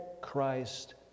Christ